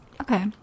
Okay